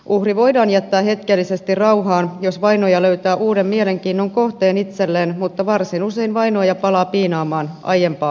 uhri voidaan jättää hetkellisesti rauhaan jos vainoaja löytää uuden mielenkiinnon kohteen itselleen mutta varsin usein vainoaja palaa piinaamaan aiempaa uhriaan